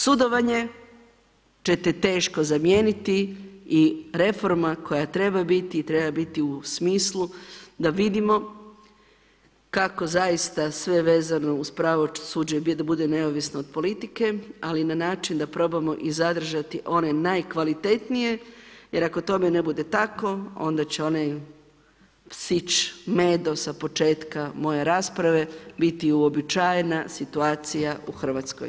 Sudovanje ćete teško zamijeniti i reforma koja treba biti i treba biti u smislu da vidimo kako zaista se vezano uz pravosuđe da bude neovisno od politike ali i na način da probamo i zadržati one najkvalitetnije jer ako tome ne bude tako, onda će onaj psić Medo sa početka moje rasprave biti uobičajena situacija u Hrvatskoj.